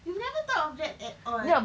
you never thought of that at all